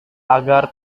agar